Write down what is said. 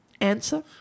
answer